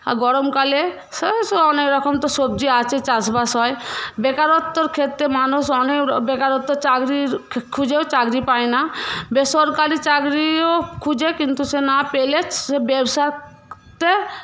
আর গরমকালে সে সব অনেকরকম তো সবজি আছে চাষবাস হয় বেকারত্বর ক্ষেত্রে মানুষ অনেক বেকারত্ব চাকরি খুঁজেও চাকরি পায় না বেসরকারি চাকরিও খুঁজে কিন্তু সে না পেলে সে ব্যবসাতে